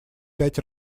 пять